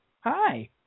Hi